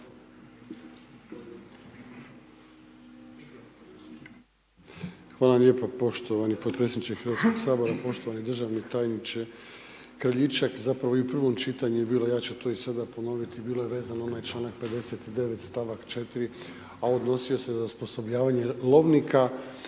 vam lijepa poštovani potpredsjedniče Hrvatskoga sabora, poštovani državni tajniče Kraljičak. Zapravo i u prvom čitanju je bilo, ja ću to i sada ponoviti, bilo je vezano na onaj članak 59. stavak 4. a odnosio se za osposobljavanje lovnika